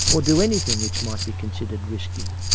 or do anything which might be considered risky.